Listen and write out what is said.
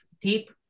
deep